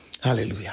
Hallelujah